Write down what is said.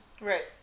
Right